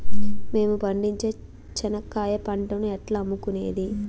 మేము పండించే చెనక్కాయ పంటను ఎట్లా అమ్ముకునేది?